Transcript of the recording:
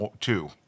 two